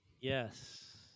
Yes